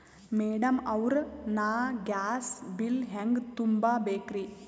Madam ಅವ್ರ, ನಾ gas bill ಹೆಂಗ ತುಂಬಾ ಬೇಕ್ರಿ?